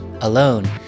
alone